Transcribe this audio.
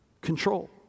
control